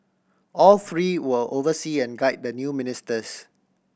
all three will oversee and guide the new ministers